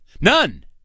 None